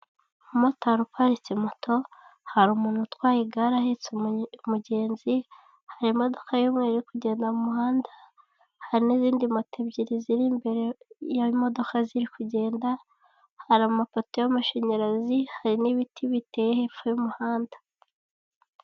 Umumotari uparitse moto, hari umuntu utwaye igare ahetse umugenzi, hari imodoka y'umweru iri kugenda mu muhanda, hari n'izindi moto ebyiri ziri imbere yaho imodoka ziri kugenda, hari amapoto y'amashanyarazi, hari n'ibiti biteye hepfo y'umuhanda.